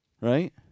Right